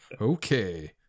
Okay